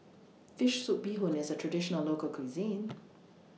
Fish Soup Bee Hoon IS A Traditional Local Cuisine